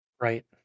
Right